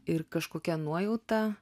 ir kažkokia nuojauta